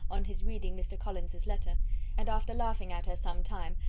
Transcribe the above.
on his reading mr. collins's letter and after laughing at her some time,